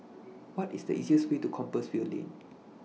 What IS The easiest Way to Compassvale Lane